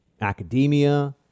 academia